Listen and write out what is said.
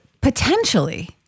potentially